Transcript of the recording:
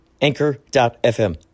Anchor.fm